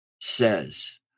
Says